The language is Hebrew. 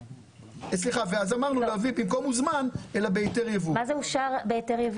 מה זה אושר בהיתר יבוא?